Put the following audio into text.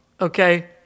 okay